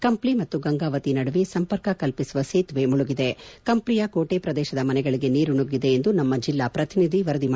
ಕಂಪ್ಲ ಮತ್ತು ಗಂಗಾವತಿ ನಡುವೆ ಸಂಪರ್ಕ ಕಲ್ಪಿಸುವ ಸೇತುವೆ ಮುಳುಗಿದೆ ಕಂಪ್ಲಿಯ ಕೋಟೆ ಪ್ರದೇಶದ ಮನೆಗಳಿಗೆ ನೀರು ನುಗ್ಗಿದೆ ಎಂದು ನಮ್ಮ ಜಿಲ್ಲಾ ಪ್ರತಿನಿಧಿ ವರದಿ ಮಾಡಿದ್ದಾರೆ